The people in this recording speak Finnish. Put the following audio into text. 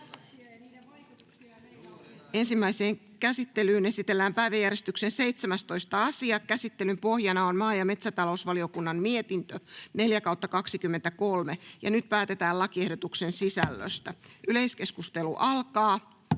Ensimmäiseen käsittelyyn esitellään päiväjärjestyksen 7. asia. Käsittelyn pohjana on talousvaliokunnan mietintö TaVM 10/2023 vp. Nyt päätetään lakiehdotuksen sisällöstä. — Yleiskeskustelu alkaa.